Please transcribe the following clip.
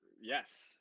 Yes